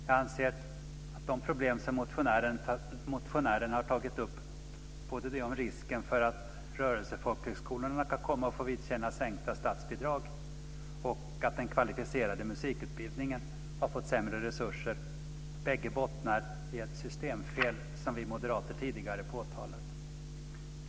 Jag anser att de problem som motionärerna har tagit upp, både risken för att rörelsefolkhögskolorna kan komma att få vidkännas sänkta statsbidrag och att den kvalificerade musikutbildningen har fått sämre resurser, bägge bottnar i ett systemfel som vi moderater tidigare påtalat.